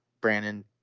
Brandon